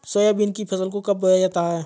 Soybean की फसल को कब बोया जाता है?